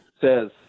says